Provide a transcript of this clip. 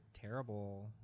terrible